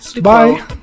Bye